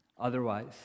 Otherwise